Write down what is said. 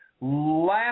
Last